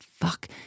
fuck